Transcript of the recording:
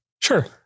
Sure